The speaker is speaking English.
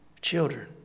children